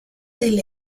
del